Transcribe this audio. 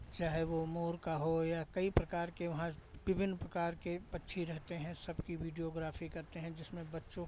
चाहे वो मोर का हो या कई प्रकार के वहाँ विभिन्न प्रकार के पक्षी रहते हैं सबकी वीडियोग्राफी करते हैं जिसमें बच्चों